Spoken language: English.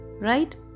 Right